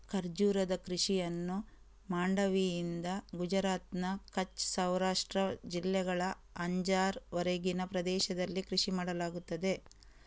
ಖರ್ಜೂರದ ಕೃಷಿಯನ್ನು ಮಾಂಡವಿಯಿಂದ ಗುಜರಾತ್ನ ಕಚ್ ಸೌರಾಷ್ಟ್ರ ಜಿಲ್ಲೆಗಳ ಅಂಜಾರ್ ವರೆಗಿನ ಪ್ರದೇಶದಲ್ಲಿ ಕೃಷಿ ಮಾಡಲಾಗುತ್ತದೆ